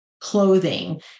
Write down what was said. clothing